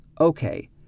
Okay